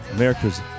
America's